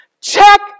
check